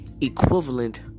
equivalent